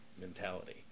mentality